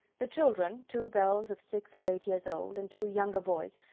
the children, two girls of six and eight years old, and two younger boys,